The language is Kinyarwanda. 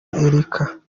erica